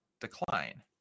decline